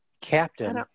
Captain